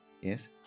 Yes